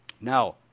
Now